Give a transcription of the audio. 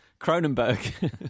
Cronenberg